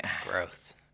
Gross